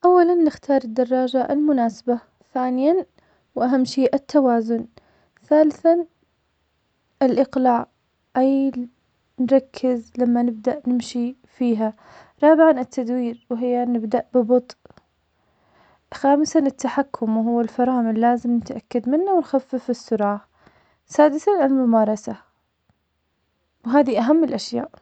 أولاً نختار الدراجة المناسبة, ثانياً وأهم شي التوازن, ثالثاً, الإقلاع, أي ل- نركز لما نبدأ نمشي فيها, رابعاً التدوير, وهيا نبدأ ببطئ, خامساً التحكم وهو الفرامل, لازم نتأكد منه ونخفف السرعة, سادساً, الممارسة, وهذي أهم الأشياء.